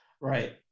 Right